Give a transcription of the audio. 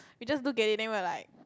we just look at it then we were like